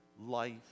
life